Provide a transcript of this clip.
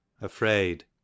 Afraid